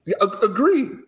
Agree